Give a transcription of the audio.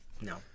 No